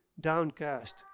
downcast